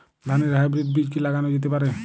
ধানের হাইব্রীড বীজ কি লাগানো যেতে পারে?